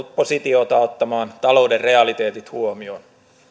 oppositiota ottamaan talouden realiteetit huomioon